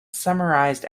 summarised